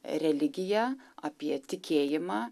religiją apie tikėjimą